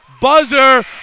buzzer